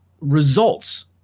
results